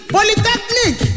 Polytechnic